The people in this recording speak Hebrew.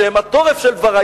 שהם התורף של דברי,